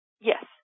yes